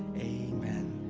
amen.